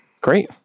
Great